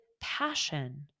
passion